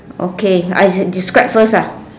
okay I describe first ah